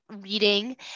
reading